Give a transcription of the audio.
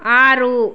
ಆರು